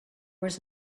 was